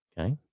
okay